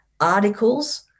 articles